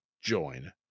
join